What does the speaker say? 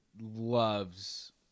loves